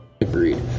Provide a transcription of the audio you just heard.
Agreed